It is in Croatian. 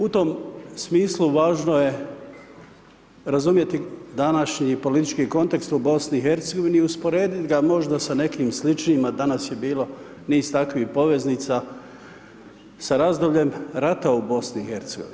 U tom smislu važno je razumjeti današnji politički kontekst u BiH i usporediti ga, možda sa nekim sličnima, danas je bilo niz takvih poveznica sa razdobljem rata u BiH.